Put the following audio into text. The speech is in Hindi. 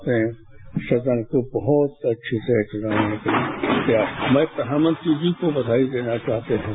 अपने सदन को बहुत अच्छे से चलाने के लिये मैं प्रधानमंत्री जी को बधाई देना चाहता हूँ